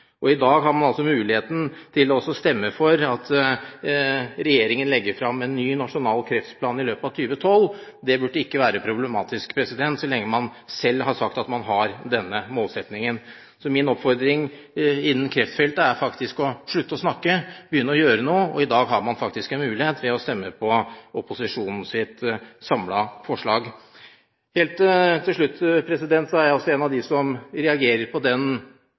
I dag har man altså muligheten til å stemme for at regjeringen legger fram en ny nasjonal kreftplan i løpet av 2012. Det burde ikke være problematisk, så lenge man selv har sagt at man har denne målsettingen. Min oppfordring innen kreftfeltet er å slutte å snakke og begynne å gjøre noe. I dag har man faktisk en mulighet ved å stemme på opposisjonens samlede forslag. Helt til slutt: Jeg er en av dem som reagerer på den